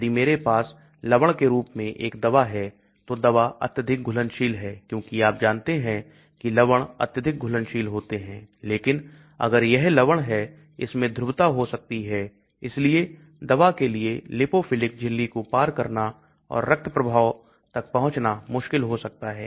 यदि मेरे पास लवण के रूप में एक दवा है तो दवा अत्यधिक घुलनशील है क्योंकि आप जानते हैं कि लवण अत्यधिक घुलनशील होते हैं लेकिन अगर यह लवण है इसमें ध्रुवता हो सकती है इसलिए दवा के लिए लिपोफिलिक झिल्ली को पार करना और रक्त प्रभाव तक पहुंचना मुश्किल हो सकता है